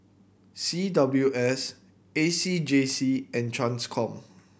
C W S A C J C and Transcom